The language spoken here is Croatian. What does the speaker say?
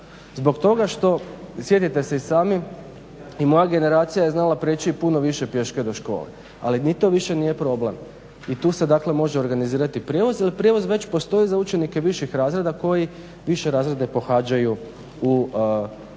Zbog toga što sjetite se i sami, i moja generacija je znala priječi i puno više pješke do škole ali ni to više nije problem i tu se dakle već može organizirati prijevoz ili prijevoz već postoji za učenike viših razreda koji više razrede pohađaju u dakle